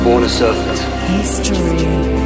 History